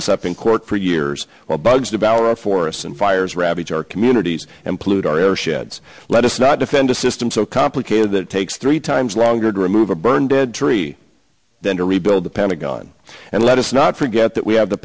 us up in court for years while bugs devour our forests and fires ravage our communities and pollute our air sheds let us not defend a system so complicated that it takes three times longer to remove a burned dead tree than to rebuild the pentagon and let us not forget that we have the